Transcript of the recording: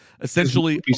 essentially